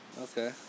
Okay